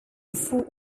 before